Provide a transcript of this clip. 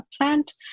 plant